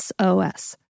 SOS